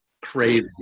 Crazy